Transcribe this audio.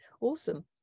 awesome